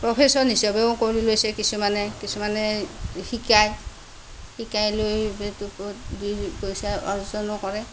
profession হিচাপেও কৰি লৈছে কিছুমানে কিছুমানে শিকায় শিকাই লৈ দুই পইচা অৰ্জনো কৰে